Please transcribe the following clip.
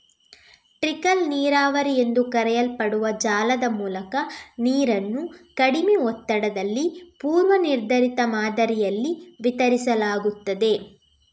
trickle ನೀರಾವರಿ ಎಂದು ಕರೆಯಲ್ಪಡುವ ಜಾಲದ ಮೂಲಕ ನೀರನ್ನು ಕಡಿಮೆ ಒತ್ತಡದಲ್ಲಿ ಪೂರ್ವ ನಿರ್ಧರಿತ ಮಾದರಿಯಲ್ಲಿ ವಿತರಿಸಲಾಗುತ್ತದೆ